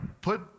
put